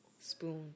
Spoon